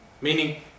meaning